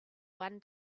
one